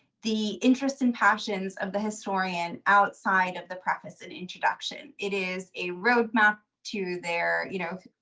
the interests and passions of the historian outside of the preface and introduction. it is a road map to their, you know,